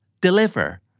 deliver